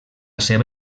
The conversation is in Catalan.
seva